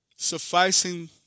sufficing